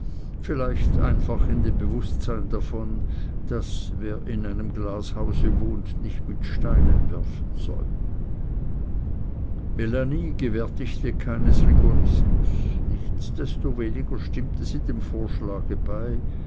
vielleicht einfach in dem bewußtsein davon daß wer in einem glashause wohnt nicht mit steinen werfen soll melanie gewärtigte keines rigorismus nichtsdestoweniger stimmte sie dem vorschlage bei